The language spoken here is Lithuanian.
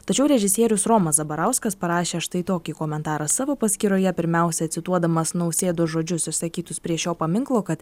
tačiau režisierius romas zabarauskas parašė štai tokį komentarą savo paskyroje pirmiausia cituodamas nausėdos žodžius išsakytus prie šio paminklo kad